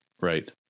Right